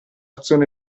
tazzone